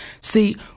See